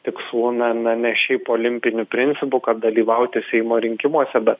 tikslu na na ne šiaip olimpiniu principu kad dalyvauti seimo rinkimuose bet